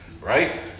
right